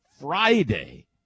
Friday